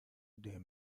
der